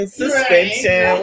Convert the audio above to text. suspension